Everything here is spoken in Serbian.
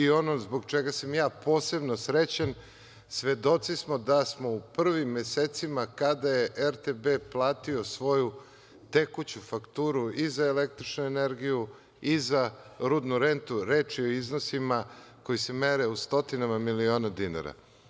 Ono zbog čega sam ja posebno srećan, svedoci smo da smo u prvim mesecima kada je RTB platio svoju tekuću fakturu i za električnu energiju i za rudnu rentu, reč je o iznosima koji se mere u stotinama miliona dinara.